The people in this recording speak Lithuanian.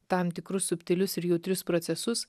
tam tikrus subtilius ir jautrius procesus